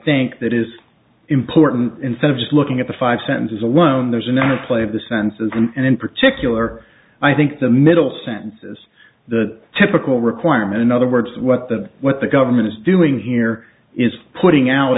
think that is important instead of just looking at the five senses alone there's another play of the senses and in particular i think the middle sentence is the typical requirement in other words what the what the government is doing here is putting out